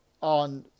on